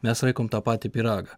mes raikom tą patį pyragą